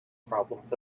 problems